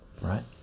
Right